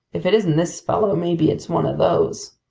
if it isn't this fellow, maybe it's one of those!